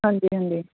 ਹਾਂਜੀ ਹਾਂਜੀ